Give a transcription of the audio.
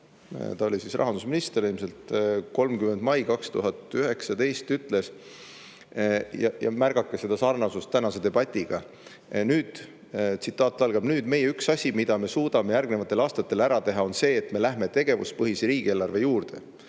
ta oli siis rahandusminister ilmselt, 30 mai 2019 ütles – ja märgake seda sarnasust tänase debatiga – nüüd tsitaat algab nüüd: "Meie üks asi, mida me suudame järgnevatel aastatel ära teha, on see, et me lähme tegevuspõhise riigieelarve juurde.